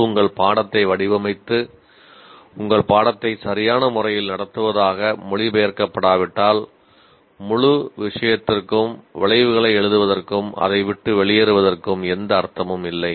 இது உங்கள் பாடத்தை வடிவமைத்து உங்கள் பாடத்தை சரியான முறையில் நடத்துவதாக மொழிபெயர்க்கப்படாவிட்டால் முழு விஷயத்திற்கும் விளைவுகளை எழுதுவதற்கும் அதை விட்டு வெளியேறுவதற்கும் எந்த அர்த்தமும் இல்லை